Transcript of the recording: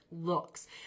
looks